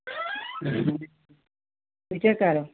وۄنۍ کیاہ کَرو